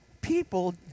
people